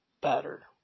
better